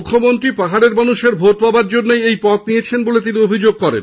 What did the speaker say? মুখ্যমন্ত্রী পাহাড়ের মানুষের ভোট পাওয়ার জন্য এই পথ নিয়েছেন বলে তিনি অভিযোগ করেন